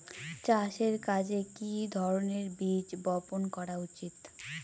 চাষের কাজে কি ধরনের বীজ বপন করা উচিৎ?